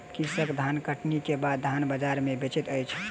कृषक धानकटनी के बाद धान बजार में बेचैत अछि